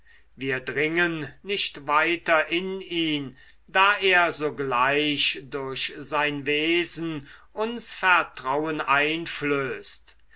wir dringen nicht weiter in ihn da er sogleich durch sein wesen uns vertrauen einflößt